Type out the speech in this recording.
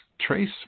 trace